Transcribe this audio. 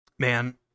Man